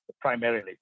primarily